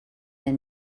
der